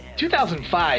2005